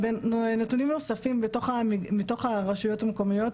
נתונים נוספים מתוך הרשויות המקומיות,